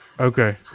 Okay